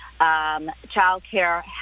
childcare